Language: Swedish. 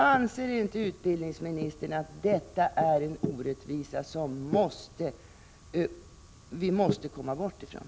Anser inte utbildningsministern att detta är en orättvisa som vi måste komma bort ifrån?